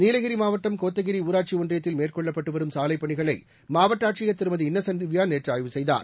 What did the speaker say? நீலகிரி மாவட்டம் கோத்தகிரி ஊராட்சி ஒன்றியத்தில் மேற்கொள்ளப்பட்டு வரும் சாலைப் பணிகளை மாவட்ட ஆட்சியர் திருமதி இன்னசென்ட் திவ்யா நேற்று ஆய்வு செய்தார்